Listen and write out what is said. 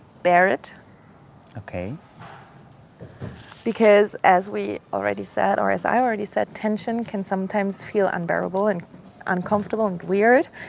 bear it ok because as we already said or as i already said, tension can sometimes feel unbearable and uncomfortable and weird.